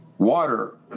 Water